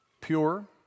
pure